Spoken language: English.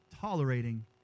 tolerating